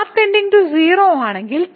r→ 0 ആണെങ്കിൽ